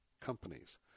companies